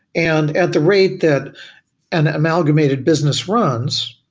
and at the rate that an amalgamated business runs,